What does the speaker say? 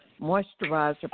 moisturizer